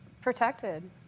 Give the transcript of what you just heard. protected